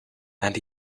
and